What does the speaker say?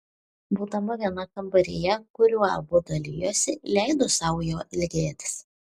būdama viena kambaryje kuriuo abu dalijosi leido sau jo ilgėtis